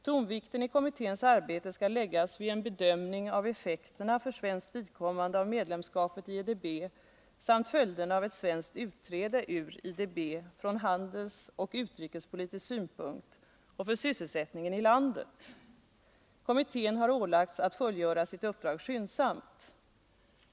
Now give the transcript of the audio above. Tonvikten i kommitténs arbete skall läggas på en bedömning av effekterna för svenskt vidkommande av medlemskapet i IDB samt följderna av ett svenskt utträde ur IDB från handelsoch utrikespolitisk synpunkt och för sysselsättningen i landet. Kommittén har ålagts att fullgöra sitt uppdrag skyndsamt.